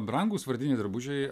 brangūs vardiniai drabužiai